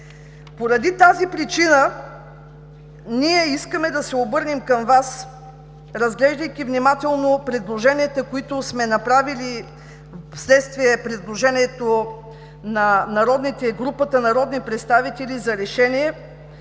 Поради тази причина ние искаме да се обърнем към Вас: разглеждайки внимателно предложенията, които сме направили в следствие предложението на групата народни представители за решение,